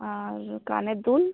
আর কানের দুল